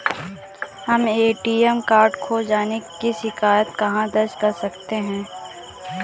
हम ATM card खो जाने की शिकायत कहाँ दर्ज कर सकते हैं?